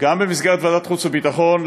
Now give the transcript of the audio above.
גם במסגרת ועדת החוץ והביטחון,